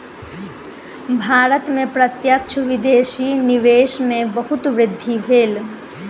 भारत में प्रत्यक्ष विदेशी निवेश में बहुत वृद्धि भेल